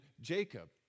Jacob